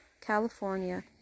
California